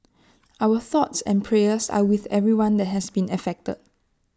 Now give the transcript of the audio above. our thoughts and prayers are with everyone that has been affected